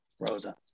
Rosa